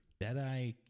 Deadeye